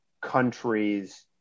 countries